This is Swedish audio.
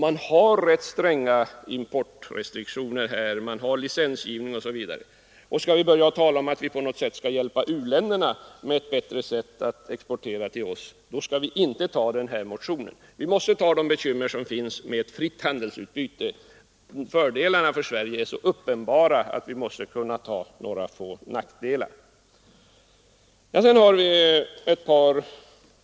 Man har rätt stränga importrestriktioner, man arbetar med licensgivning osv. Skall vi börja tala om att Sverige på något sätt skall hjälpa u-länderna till bättre möjligheter att exportera till Sverige, skall vi inte bifalla den här motionen. Vi måste ta de bekymmer som är förenade med ett fritt handelsutbyte. Fördelarna för Sverige är så uppenbara att vi måste kunna ta några få nackdelar.